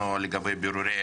שלום וברכה.